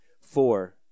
four